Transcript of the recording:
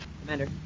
Commander